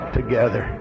together